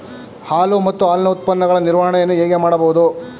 ಹಾಲು ಮತ್ತು ಹಾಲಿನ ಉತ್ಪನ್ನಗಳ ನಿರ್ವಹಣೆಯನ್ನು ಹೇಗೆ ಮಾಡಬಹುದು?